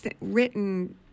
written